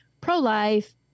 pro-life